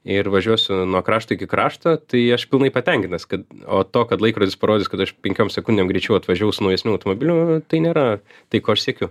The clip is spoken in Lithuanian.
ir važiuosiu nuo krašto iki krašto tai aš pilnai patenkintas kad o to kad laikrodis parodys kad aš penkiom sekundėm greičiau atvažiavau su naujesniu automobiliu tai nėra tai ko aš siekiu